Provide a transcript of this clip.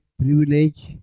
privilege